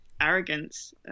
arrogance